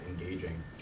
engaging